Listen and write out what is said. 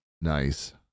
Nice